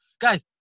guys